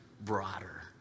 broader